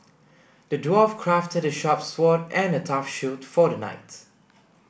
the dwarf crafted a sharp sword and a tough shield for the knight